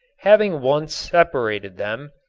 having once separated them,